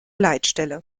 leitstelle